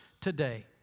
today